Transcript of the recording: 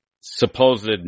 supposed